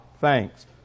thanks